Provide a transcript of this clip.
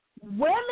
Women